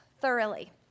thoroughly